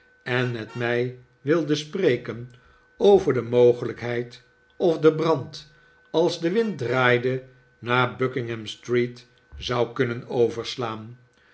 en met mij wilde spreken over de mogelijkheid of de brand als de wind draaide naar buckinghamstreet zou kunnen overslaan